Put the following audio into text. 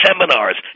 seminars